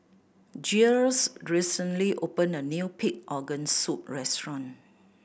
Giles recently opened a new pig organ soup restaurant